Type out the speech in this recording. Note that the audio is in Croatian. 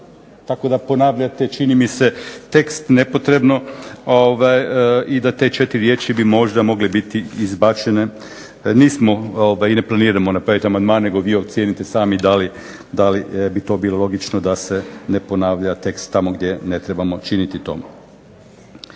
Tako da ponavljate čini mi se tekst nepotrebno i da te četiri riječi bi možda mogle biti izbačene. Nismo i ne planiramo napraviti amandman, nego vi ocijenite sami da li bi to bilo logično da se ne ponavlja tekst tamo gdje ne trebamo činiti to.